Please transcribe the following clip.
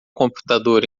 computador